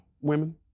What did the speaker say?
women